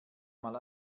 mal